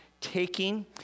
taking